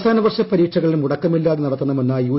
അവസാന വർഷ പരീക്ഷകൾ മുടക്കമില്ലാതെ നടത്തണമെന്ന് യു